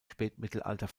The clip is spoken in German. spätmittelalter